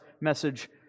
message